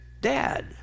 dad